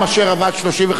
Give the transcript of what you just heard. זה חוק מדינה,